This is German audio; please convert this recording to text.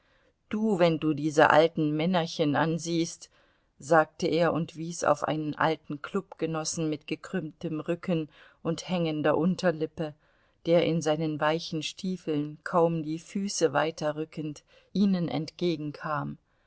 du wenn du diese alten männerchen ansiehst sagte er und wies auf einen alten klubgenossen mit gekrümmtem rücken und hängender unterlippe der in seinen weichen stiefeln kaum die füße weiterrückend ihnen entgegenkam